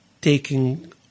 taking